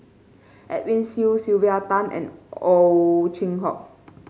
Edwin Siew Sylvia Tan and Ow Chin Hock